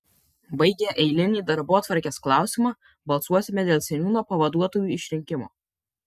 baigę eilinį darbotvarkės klausimą balsuosime dėl seniūno pavaduotojų išrinkimo